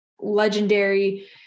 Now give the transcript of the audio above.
legendary